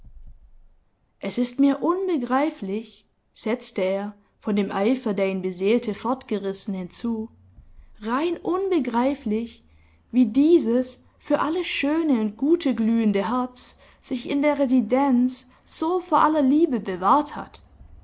es ist mir unbegreiflich setzte er von dem eifer der ihn beseelte fortgerissen hinzu rein unbegreiflich wie dieses für alles schöne und gute glühende herz sich in der residenz so vor aller liebe bewahrt hat